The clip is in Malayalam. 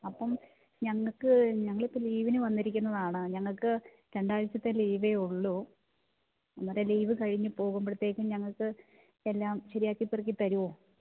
അപ്പം ഞങ്ങൾക്ക് ഞങ്ങൾ ഇപ്പോൾ ലീവിന് വന്നിരിക്കുന്നതാണ് ഞങ്ങൾക്ക് രണ്ടായ്ചത്തെ ലീവ് ഉള്ളു അന്നേരം ലീവ് കഴിഞ്ഞു പോകുമ്പോഴത്തേക്കും ഞങ്ങൾക്ക് എല്ലാം ശരിയാക്കി പെറുക്കി തരുമോ